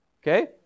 Okay